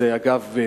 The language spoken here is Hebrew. אגב,